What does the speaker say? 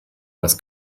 das